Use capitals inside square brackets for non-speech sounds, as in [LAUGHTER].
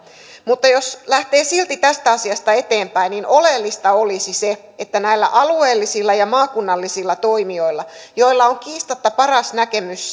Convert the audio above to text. mutta jos lähtee silti tästä asiasta eteenpäin niin oleellista olisi se että se tieto olisi näillä alueellisilla ja maakunnallisilla toimijoilla joilla on kiistatta paras näkemys [UNINTELLIGIBLE]